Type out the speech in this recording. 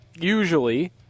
Usually